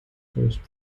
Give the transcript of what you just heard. first